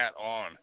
on